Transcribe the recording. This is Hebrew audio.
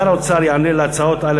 שר האוצר יענה על הצעות 1,